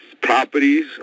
properties